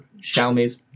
Xiaomi's